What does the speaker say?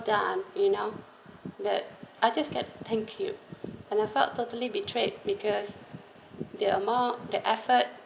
done you know that I just get thank you and I felt totally betrayed because the amount the effort